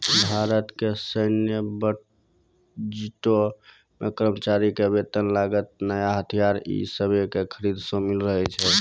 भारतो के सैन्य बजटो मे कर्मचारी के वेतन, लागत, नया हथियार इ सभे के खरीद शामिल रहै छै